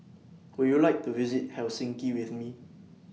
Would YOU like to visit Helsinki with Me